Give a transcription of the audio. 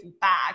back